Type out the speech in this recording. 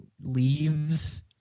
leaves